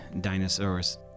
dinosaurs